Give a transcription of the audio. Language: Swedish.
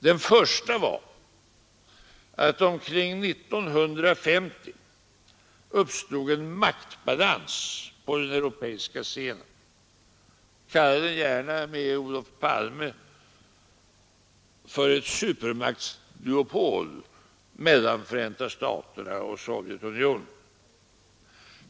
Den första var att omkring 1950 uppstod en maktbalans på den europeiska scenen — kalla den gärna med Olof Palme ett supermaktsduopol mellan Förenta staterna och Sovjetunionen.